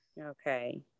Okay